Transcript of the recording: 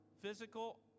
physical